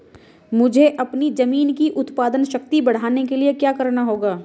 मुझे अपनी ज़मीन की उत्पादन शक्ति बढ़ाने के लिए क्या करना होगा?